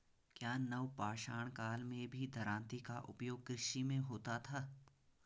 क्या नवपाषाण काल में भी दरांती का उपयोग कृषि में होता था?